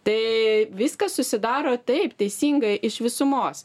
tai viskas susidaro taip teisingai iš visumos